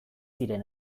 diren